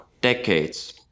decades